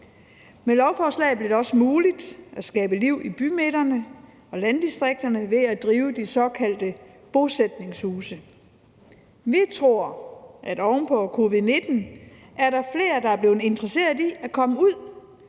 Med lovforslaget bliver det også muligt at skabe liv i bymidterne og landdistrikterne ved at drive de såkaldte bosætningshuse. Vi tror, at der oven på covid-19 er flere, der er blevet interesseret i at komme ud,